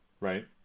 right